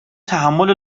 تحمل